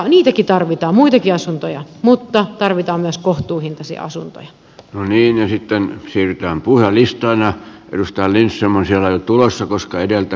niitäkin tarvitaan muitakin asuntoja mutta tarvitaan myös kohtuuhintaisia asuntoja niin että siirretään porista aina yhtä liissemaisia tulossa koska edeltää